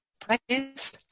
practice